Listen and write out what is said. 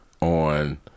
on